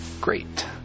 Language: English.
great